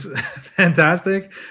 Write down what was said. fantastic